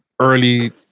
early